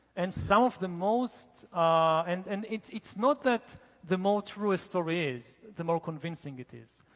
and some of the most and and it's it's not that the more true story is, the more convincing it is.